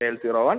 K L zero one